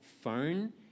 phone